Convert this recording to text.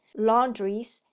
laundries,